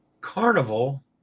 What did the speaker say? Carnival